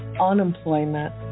unemployment